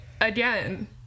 again